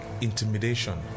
intimidation